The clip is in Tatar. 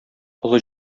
олы